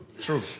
true